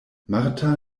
marta